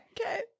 Okay